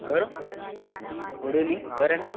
ఎవరు good evening ఎవరండి